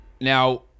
Now